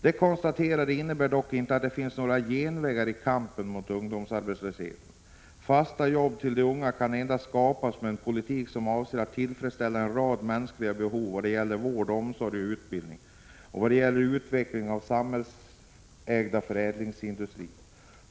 Detta konstaterande innebär dock inte att det finns några genvägar i kampen mot ungdomsarbetslösheten. Fasta jobb till de unga kan skapas endast med en politik som avser att tillfredsställa en rad mänskliga behov vad gäller vård, omsorg och utbildning och vad gäller utveckling av samhällsägd förädlingsindustri.